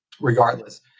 regardless